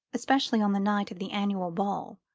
especially on the night of the annual ball.